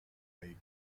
lake